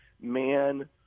man